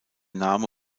name